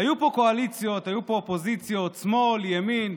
היו פה קואליציות, היו פה אופוזיציות, שמאל, ימין,